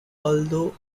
although